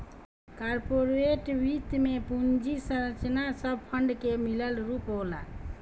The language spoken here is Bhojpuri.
कार्पोरेट वित्त में पूंजी संरचना सब फंड के मिलल रूप होला